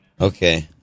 Okay